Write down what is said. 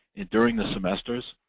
during the semesters.